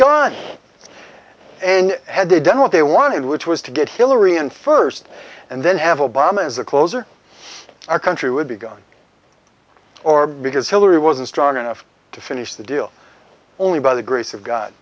gone and had they done what they wanted which was to get hillary in first and then have obama as the closer our country would be gone or because hillary wasn't strong enough to finish the deal only by the grace of god